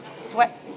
Sweat